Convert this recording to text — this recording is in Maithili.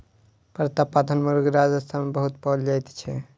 प्रतापधन मुर्ग राजस्थान मे बहुत पाओल जाइत छै